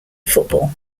football